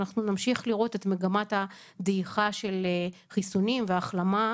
אנחנו נמשיך לראות את מגמת הדעיכה של החיסונים והחלמה.